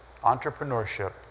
entrepreneurship